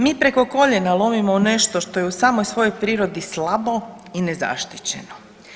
Mi preko koljena lomimo nešto što je u samoj svojoj prirodi slabo i nezaštićeno.